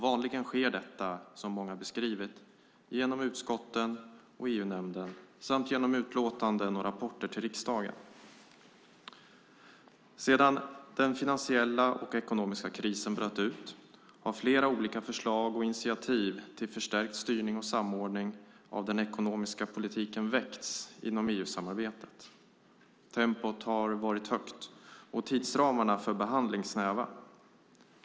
Vanligen sker detta, som många beskrivit, genom utskotten och EU-nämnden samt genom utlåtanden och rapporter till riksdagen. Sedan den finansiella och ekonomiska krisen bröt ut har flera olika förslag och initiativ till förstärkt styrning och samordning av den ekonomiska politiken väckts inom EU-samarbetet. Tempot har varit högt och tidsramarna för behandling snäva.